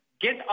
get